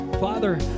father